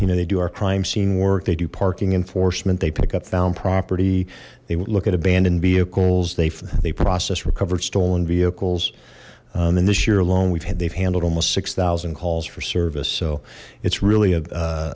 you know they do our crime scene work they do parking enforcement they pick up found property they would look at abandoned vehicles they they process recovered stolen vehicles and this year alone we've had they've handled almost six thousand calls for service so it's really